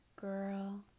girl